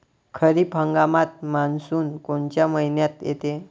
खरीप हंगामात मान्सून कोनच्या मइन्यात येते?